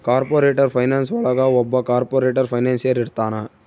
corporate finance ಒಳಗ ಒಬ್ಬ corporator financier ಇರ್ತಾನ